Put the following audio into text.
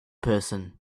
person